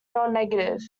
nonnegative